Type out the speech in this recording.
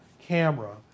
camera